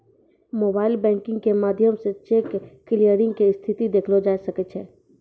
mobile banking के माध्यमो से चेक क्लियरिंग के स्थिति देखलो जाय सकै छै